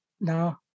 Now